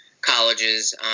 colleges